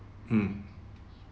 mm